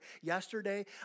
Yesterday